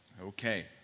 Okay